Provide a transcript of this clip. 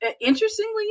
interestingly